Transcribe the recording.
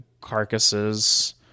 carcasses